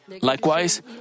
Likewise